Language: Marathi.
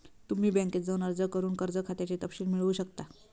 तुम्ही बँकेत जाऊन अर्ज करून कर्ज खात्याचे तपशील मिळवू शकता